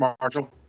Marshall